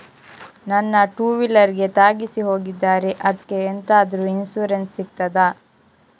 ನನ್ನ ಟೂವೀಲರ್ ಗೆ ತಾಗಿಸಿ ಹೋಗಿದ್ದಾರೆ ಅದ್ಕೆ ಎಂತಾದ್ರು ಇನ್ಸೂರೆನ್ಸ್ ಸಿಗ್ತದ?